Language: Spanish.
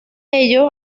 ello